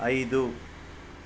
ಐದು